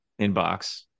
inbox